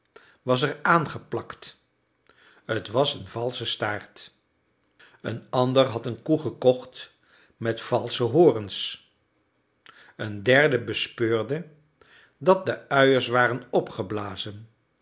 was er aangeplakt t was een valsche staart een ander had een koe gekocht met valsche horens een derde bespeurde dat de uiers waren opgeblazen